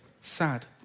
sad